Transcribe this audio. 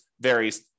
varies